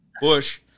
bush